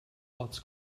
arts